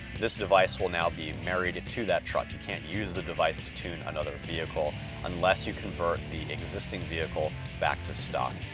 this device will now be married to that truck, you can't use the device to tune another vehicle unless you convert the existing vehicle back to stock.